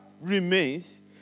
remains